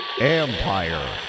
Empire